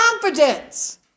confidence